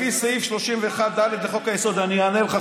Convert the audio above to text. לפי סעיף 31ד לחוק-היסוד אני אענה לך,